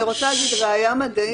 אני לא קולט.